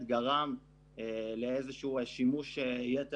ואלו לקחים יש מזה?